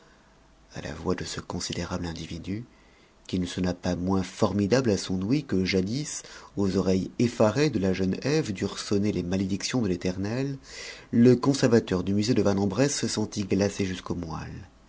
à la voix de ce considérable individu qui ne sonna pas moins formidable à son ouïe que jadis aux oreilles effarées de la jeune ève durent sonner les malédictions de l'éternel le conservateur du musée de vanne en bresse se sentit glacé jusqu'aux moelles